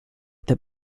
that